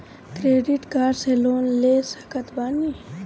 Credit card से loan ले सकत बानी?